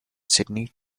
sydney